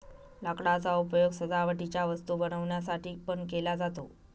लाकडाचा उपयोग सजावटीच्या वस्तू बनवण्यासाठी पण केला जातो